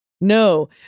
No